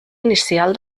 inicial